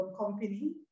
Company